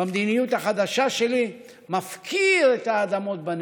במדיניות החדשה שלי, מפקיר את האדמות בנגב.